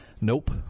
Nope